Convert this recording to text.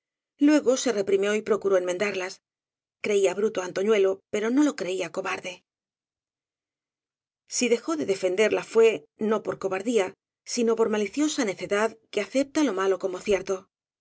luego se reprimió y procuró enmen darlas creía bruto á antoñuelo pero no lo creía cobarde si dejó de defenderla fué no por cobardía sino por maliciosa necedad que acepta lo malo como cierto